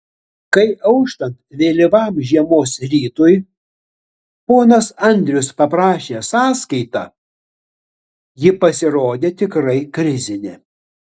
kai auštant vėlyvam žiemos rytui ponas andrius paprašė sąskaitą ji pasirodė tikrai krizinė